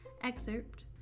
excerpt